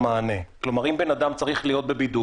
עוד פעם אם בן אדם צריך להישאר